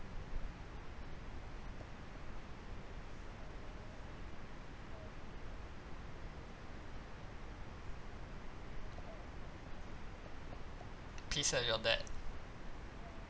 pissed at your dad